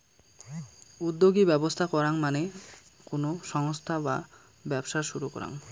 উদ্যোগী ব্যবস্থা করাঙ মানে কোনো সংস্থা বা ব্যবসা শুরু করাঙ